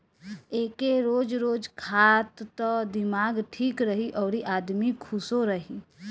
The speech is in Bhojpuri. एके रोज रोज खा त दिमाग ठीक रही अउरी आदमी खुशो रही